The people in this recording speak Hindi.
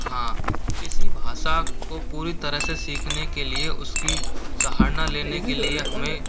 हाँ किसी भाषा को पूरी तरह से सीखने के लिए उसकी सराहना लेने के लिए हमें